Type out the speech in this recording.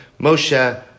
Moshe